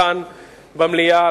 כאן במליאה,